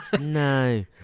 No